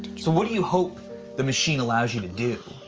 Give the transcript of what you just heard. so what do you hope the machine allows you to do?